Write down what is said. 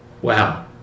Wow